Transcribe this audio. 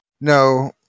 No